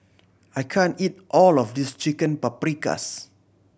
I can't eat all of this Chicken Paprikas